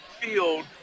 field